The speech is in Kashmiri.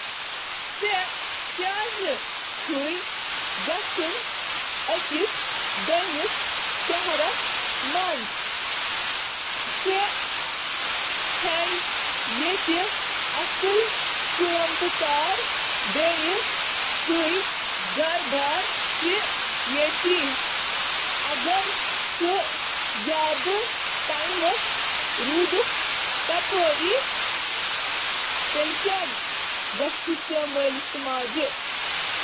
تۄہہِ کیازِ چُھو بیٚیِس شہرس منٛز گژھُن۔ تۄہہِ چُھو ییٚتہِ اصل کارٕبار۔ اگر تُہۍ تَتہِ واریاہ وقت گُزٲرِو تُہنٛد مول موج کیٛاہ کرِ۔